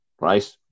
right